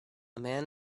man